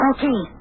Okay